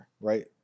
right